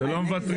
אתם לא רוצים,